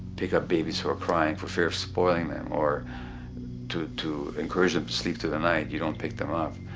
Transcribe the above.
pick up babies who are crying for fear of spoiling them or to to encourage them to sleep through the night you don't pick them up.